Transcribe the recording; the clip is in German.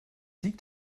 liegt